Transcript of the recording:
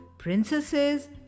Princesses